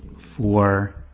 four,